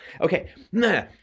Okay